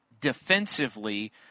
defensively